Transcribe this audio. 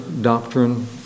doctrine